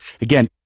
Again